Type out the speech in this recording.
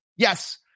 Yes